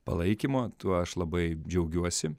palaikymo tuo aš labai džiaugiuosi